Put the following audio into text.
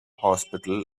hospital